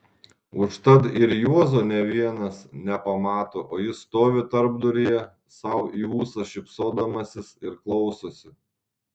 užtat ir juozo nė vienas nepamato o jis stovi tarpduryje sau į ūsą šypsodamasis ir klausosi